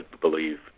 believe